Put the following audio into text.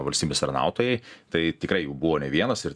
valstybės tarnautojai tai tikrai jų buvo ne vienas ir